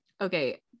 Okay